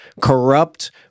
corrupt